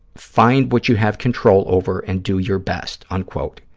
find what you have control over and do your best, unquote.